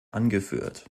angeführt